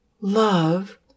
Love